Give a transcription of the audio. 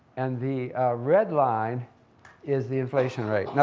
and the red line is the inflation rate. now,